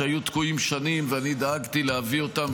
שהיו תקועים שנים ואני דאגתי להביא אותם,